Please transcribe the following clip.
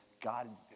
God